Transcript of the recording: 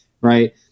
right